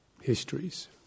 histories